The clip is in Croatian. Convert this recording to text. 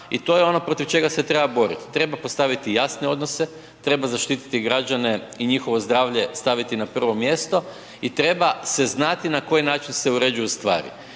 i to je ono protiv čega se treba boriti. Treba postaviti jasne odnose, treba zaštititi građane i njihovo zdravlje staviti na prvo mjesto i treba se znati na koji način se uređuju stvari.